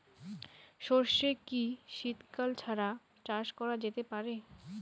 সর্ষে কি শীত কাল ছাড়া চাষ করা যেতে পারে?